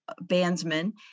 bandsman